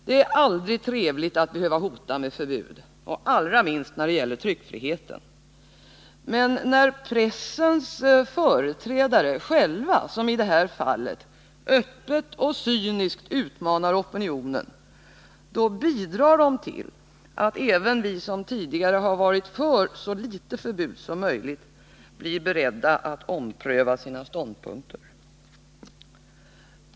Det är aldrig trevligt att behöva hota med förbud, allra minst när det gäller tryckfriheten. Men när pressens företrädare själva som i detta fall öppet och cyniskt utmanar opinionen, då bidrar de till att även vi som tidigare har varit för så litet förbud som möjligt blir beredda att ompröva våra ståndpunkter.